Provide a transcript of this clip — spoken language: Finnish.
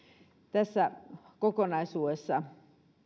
tässä kokonaisuudessa